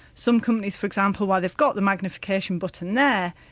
some companies, for example, while they've got the magnification button there,